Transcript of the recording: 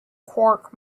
quark